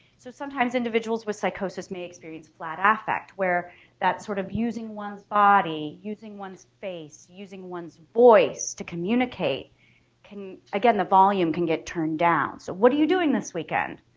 so sometimes individuals with psychosis may experience flat affect where that's sort of using one's body using one's face using one's voice to communicate can again the volume can get turned down. so, what are you doing this weekend?